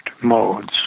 modes